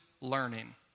learning